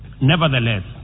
Nevertheless